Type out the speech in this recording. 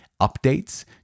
updates